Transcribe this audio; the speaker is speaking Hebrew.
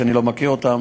שאני לא מכיר אותם.